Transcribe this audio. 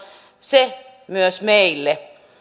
se myös meille